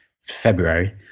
February